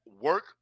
work